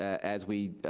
as we